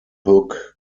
hook